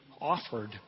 offered